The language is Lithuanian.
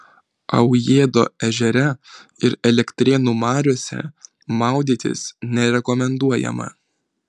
aujėdo ežere ir elektrėnų mariose maudytis nerekomenduojama